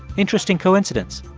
interesting coincidence.